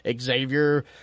Xavier